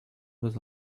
was